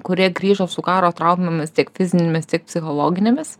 kurie grįžo su karo traumomis tiek fizinėmis tiek psichologinėmis